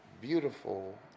beautiful